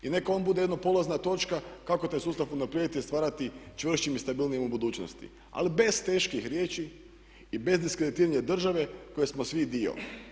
I neka on bude jedna polazna točka kako taj sustav unaprijediti, stvarati čvršćim i stabilnijim u budućnosti, ali bez teških riječi i bez diskreditiranja države koje smo svi dio.